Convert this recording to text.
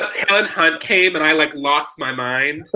helen hunt came and i like lost my mind.